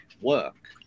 work